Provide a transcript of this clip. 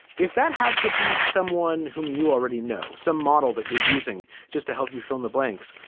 if that had to be someone whom you already know, some model that you're using just to help you fill in the blanks,